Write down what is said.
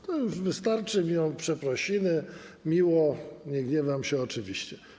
To już wystarczą mi przeprosiny, miło, nie gniewam się oczywiście.